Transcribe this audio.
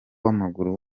w’amaguru